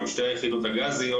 שתי היחידות הגזיות,